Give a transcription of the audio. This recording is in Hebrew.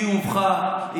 היא הובכה,